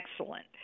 excellent